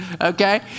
okay